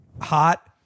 hot